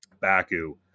Baku